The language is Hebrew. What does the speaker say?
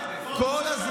באה גם באה.